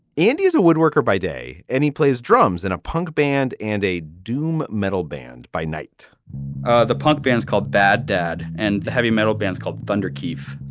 andy is a woodworker by day, and he plays drums in a punk band and a doom metal band by night the punk bands called bad dad and heavy metal bands called thunder kif.